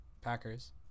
Packers